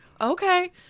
okay